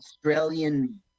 Australian